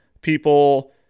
people